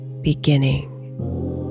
beginning